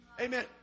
Amen